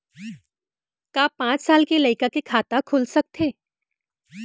का पाँच साल के लइका के खाता खुल सकथे?